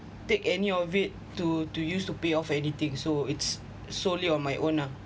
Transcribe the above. take any of it to to use to pay off anything so it's solely on my own lah